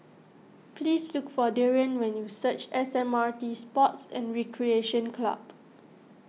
please look for Darrion when you reach S M R T Sports and Recreation Club